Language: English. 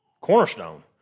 cornerstone